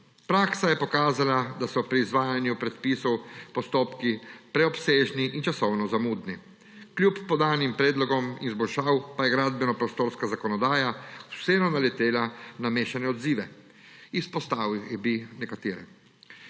Praksa je pokazala, da so pri izvajanju predpisov postopki preobsežni in časovno zamudni. Kljub podanim predlogom izboljšav pa je gradbeno-prostorska zakonodaja vseeno naletela na mešane odzive. Izpostavil bi nekatere.